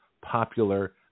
popular